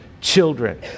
children